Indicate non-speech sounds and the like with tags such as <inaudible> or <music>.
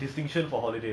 <noise>